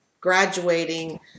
graduating